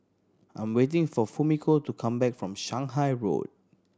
I'm waiting for Fumiko to come back from Shanghai Road